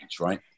right